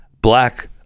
black